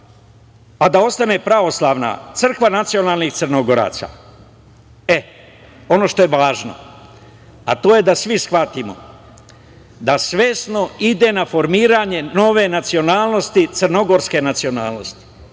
a da ostane pravoslavna crkva nacionalnih Crnogoraca.E, ono što je važno, a to je da svi shvatimo da svesno ide na formiranje nove nacionalnosti crnogorske nacionalnosti,